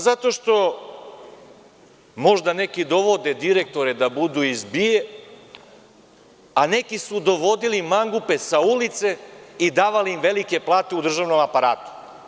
Zato što možda neki dovode direktore da budu iz BIA-e, a neki su dovodili mangupe sa ulice i davali im velike plate u državnom aparatu.